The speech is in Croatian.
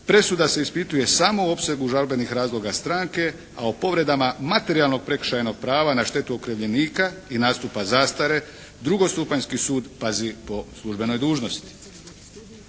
Presuda se ispituje samo u opsegu žalbenih razloga stranke a o povredama materijalnog prekršajnog prava na štetu okrivljenika i nastupa zastare drugostupanjski sud pazi po službenoj dužnosti.